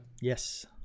Yes